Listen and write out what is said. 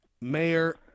Mayor